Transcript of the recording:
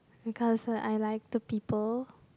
because I like the people